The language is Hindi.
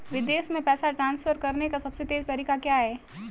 विदेश में पैसा ट्रांसफर करने का सबसे तेज़ तरीका क्या है?